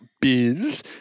Biz